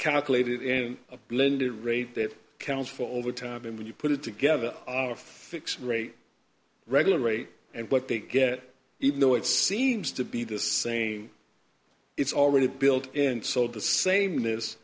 calculated in a blended rate that counts for overtime and when you put it together on a fixed rate regular rate and what they get even though it seems to be the same it's already built and sold the same this